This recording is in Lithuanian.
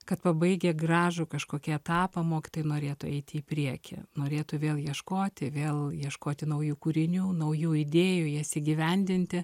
kad pabaigę gražų kažkokį etapą mokytojai norėtų eiti į priekį norėtų vėl ieškoti vėl ieškoti naujų kūrinių naujų idėjų jas įgyvendinti